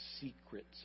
secrets